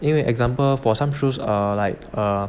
因为 example for some shoes err like err